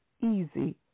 easy